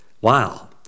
Wow